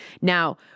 Now